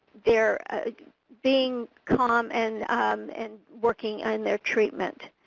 their being calm and and working on their treatment.